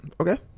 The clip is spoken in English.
okay